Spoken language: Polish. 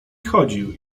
chodził